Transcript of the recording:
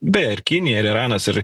beje ir kinija ir iranas ir